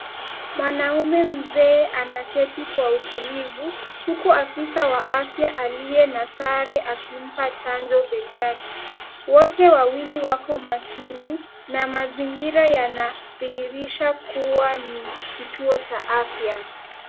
Mwanaume mzee anaketi kwa utulivu, huku afisa wa afya aliye na sare akimpa chanjo begani. Wote wawili wako makini, na mazingira yanadhirisha kuwa ni kituo cha afya.